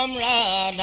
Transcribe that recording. um raw